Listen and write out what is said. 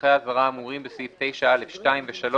נוסחי האזהרה האמורים בסעיף 9(א)(2) ו-(3),